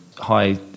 high